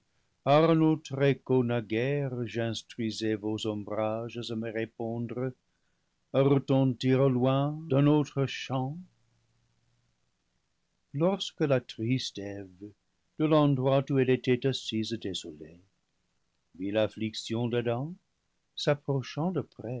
par un autre écho naguère j'instruisais vos ombrages à me répondre à retentir au loin d'un autre chant lorsque la triste eve de l'endroit où elle était assise désolée vit l'affliction d'adam s'approchant de près